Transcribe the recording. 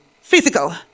physical